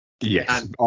yes